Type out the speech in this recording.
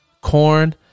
corn